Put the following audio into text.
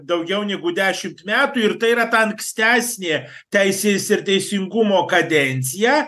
daugiau negu dešimt metų ir tai yra ta ankstesnė teisės ir teisingumo kadencija